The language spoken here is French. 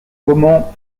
comment